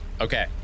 okay